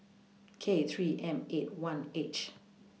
K three M eight one H